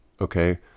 Okay